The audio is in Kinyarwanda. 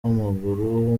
w’amaguru